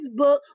Facebook